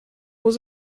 was